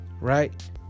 right